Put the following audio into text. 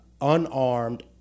unarmed